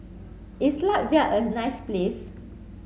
is Latvia a nice place